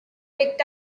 picked